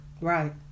right